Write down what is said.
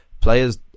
players